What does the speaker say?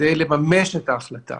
כדי לממש את ההחלטה.